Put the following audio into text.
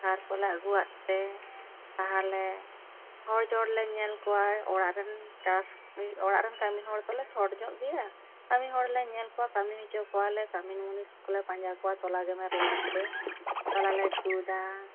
ᱥᱟᱨ ᱠᱚᱞᱮ ᱟᱹᱜᱩᱭᱟᱜ ᱛᱮ ᱛᱟᱦᱚᱞᱮ ᱦᱚᱲ ᱡᱚᱲ ᱞᱮ ᱧᱮᱞ ᱠᱚᱣᱟ ᱚᱲᱟᱜ ᱨᱮᱱ ᱪᱟᱥ ᱚᱲᱟᱜ ᱨᱮᱱ ᱠᱟᱹᱢᱤ ᱦᱚᱲ ᱫᱚᱞᱮ ᱥᱚᱴ ᱧᱚᱜ ᱜᱮᱭᱟ ᱠᱟᱹᱢᱤ ᱦᱚᱲ ᱞᱮ ᱧᱮᱞ ᱠᱚᱣᱟ ᱠᱟᱹᱢᱤ ᱦᱚᱪᱚ ᱠᱚᱣᱟ ᱞᱮ ᱠᱟᱹᱢᱤᱱ ᱢᱩᱱᱤᱥ ᱠᱚᱞᱮ ᱯᱟᱸᱡᱟ ᱠᱚᱣᱟ ᱛᱚᱞᱟ ᱜᱮᱢᱮᱨ ᱞᱟᱹᱜᱤᱫ ᱛᱮ ᱛᱚᱞᱟ ᱞᱮ ᱛᱩᱫᱟ